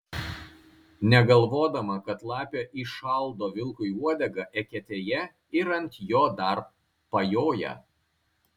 negalvodama kad lapė įšaldo vilkui uodegą eketėje ir ant jo dar pajoja